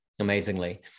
amazingly